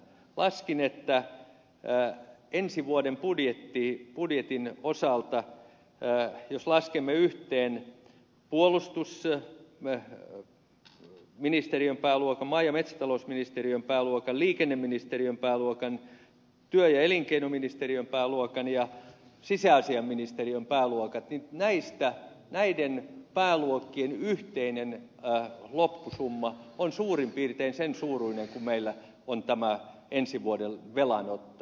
laskin että jos ensi vuoden budjetin osalta laskemme yhteen puolustusministeriön pääluokan maa ja metsätalousministeriön pääluokan liikenneministeriön pääluokan työ ja elinkeinoministeriön pääluokan ja sisäasiainministeriön pääluokan niin näiden pääluokkien yhteinen loppusumma on suurin piirtein sen suuruinen kuin meillä on tämä ensi vuoden velanotto